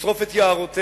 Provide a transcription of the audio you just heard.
לשרוף את יערותיה,